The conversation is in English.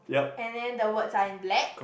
and then the words are in black